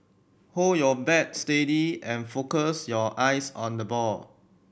hold your bat steady and focus your eyes on the ball